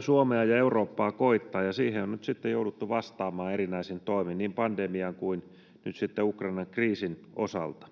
Suomea ja Eurooppaa koettaa, ja siihen on nyt sitten jouduttu vastaamaan erinäisin toimin — niin pandemian kuin nyt sitten Ukrainan kriisin osalta.